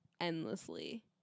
endlessly